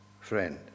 friend